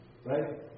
Right